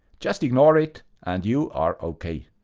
just ignore it, and you are ok.